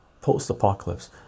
post-apocalypse